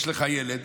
יש לך ילד